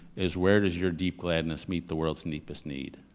is where does your deep gladness meet the world's, meet this need.